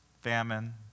famine